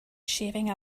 shaving